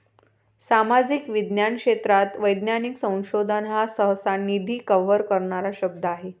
सामाजिक विज्ञान क्षेत्रात वैज्ञानिक संशोधन हा सहसा, निधी कव्हर करणारा शब्द आहे